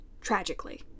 tragically